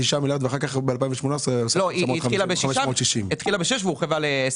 היא התחילה בשש, והורחבה ל-10.